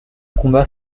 combat